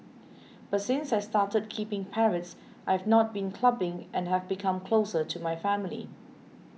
but since I started keeping parrots I've not been clubbing and have become closer to my family